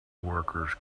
workers